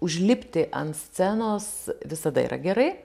užlipti ant scenos visada yra gerai